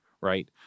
right